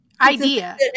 idea